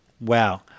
wow